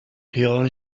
teheran